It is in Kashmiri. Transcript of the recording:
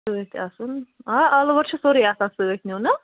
سۭتۍ آسُن آ آل اوٚوَر چھُ سورُے آسان سۭتۍ نِیُن ہاں